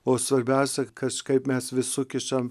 o svarbiausia kas kaip mes visų kišame